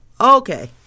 Okay